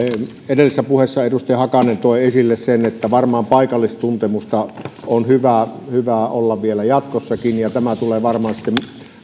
edellisessä puheessa edustaja hakanen toi esille sen että varmaan paikallistuntemusta on hyvä hyvä olla vielä jatkossakin ja tämä tulee varmasti